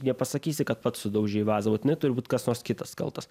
nepasakysi kad pats sudaužei vazą būtinai turi būt kas nors kitas kaltas